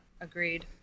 Agreed